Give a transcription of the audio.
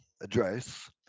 address